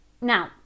Now